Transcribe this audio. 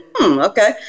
okay